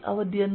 VE